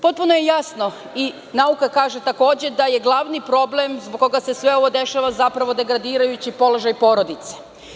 Potpuno je jasno, a i nauka kaže takođe da je glavni problem zbog koga se sve ovo dešava zapravo degradirajući položaj porodice.